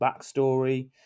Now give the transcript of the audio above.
backstory